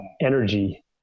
energy